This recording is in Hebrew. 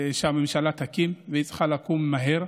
שהממשלה תקים, והיא צריכה לקום מהר,